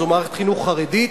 זו מערכת חינוך חרדית,